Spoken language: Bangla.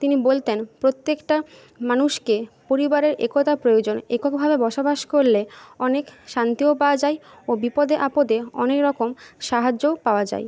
তিনি বলতেন প্রত্যেকটা মানুষকে পরিবারের একতা প্রয়োজন এককভাবে বসবাস করলে অনেক শান্তিও পাওয়া যায় ও বিপদে আপদে অনেক রকম সাহায্যও পাওয়া যায়